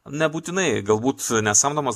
nebūtinai galbūt nesamdomas